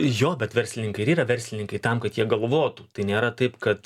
jo bet verslininkai ir yra verslininkai tam kad jie galvotų tai nėra taip kad